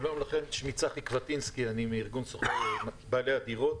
שלום לכם, אני מארגון בעלי הדירות.